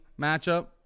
matchup